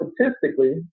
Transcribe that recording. statistically